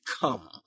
Come